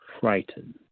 frightened